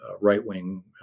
right-wing